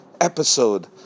episode